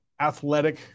athletic